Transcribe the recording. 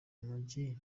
mujyi